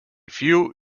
few